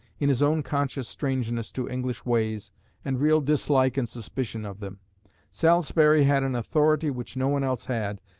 in his own conscious strangeness to english ways and real dislike and suspicion of them salisbury had an authority which no one else had,